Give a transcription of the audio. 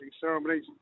ceremonies